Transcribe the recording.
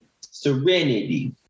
Serenity